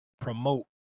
promote